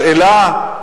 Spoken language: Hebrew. השאלה,